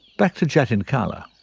back to jatin kala.